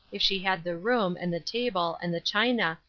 if she had the room, and the table, and the china,